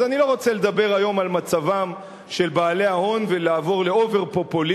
אז אני רוצה לדבר היום על מצבם של בעלי ההון ולעבור לאובר-פופוליזם.